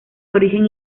origen